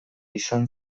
izan